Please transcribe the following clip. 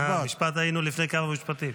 משפט, היינו לפני כמה משפטים.